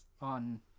on